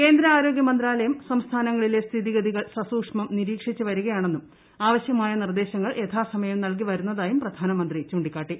കേന്ദ്ര ആരോഗ്യ മന്ത്രാലയം സംസ്ഥാനങ്ങളിലെ സ്ഥിതിഗതികൾ സസൂക്ഷ്മം നിരീക്ഷിച്ചു വരികയാണെന്നും ആവശ്യമായ നിർദ്ദേശങ്ങൾ യഥാസമയം നൽകി വരുന്നതായും പ്രധാനമന്ത്രി ചൂണ്ടിക്കാട്ടി